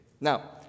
Now